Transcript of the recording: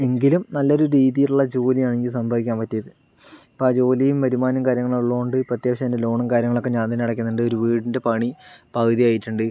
എങ്കിലും നല്ലൊരു രീതിയിലുള്ള ജോലിയാണ് എനിക്ക് സമ്പാദിക്കാൻ പറ്റിയത് അപ്പം ആ ജോലിയും വരുമാനം കാര്യങ്ങളുമുള്ളതുകൊണ്ട് ഇപ്പം അത്യാവശ്യം എന്റെ ലോണും കാര്യങ്ങളൊക്കെ ഞാൻ തന്നെ അടക്കുന്നുണ്ട് ഒരു വീടിന്റെ പണി പകുതിയായിട്ടുണ്ട്